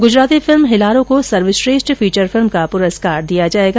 Gujarati film Hellaro को सर्वश्रेष्ठ feature film का पुरस्कार दिया जाएगा